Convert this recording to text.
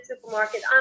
supermarket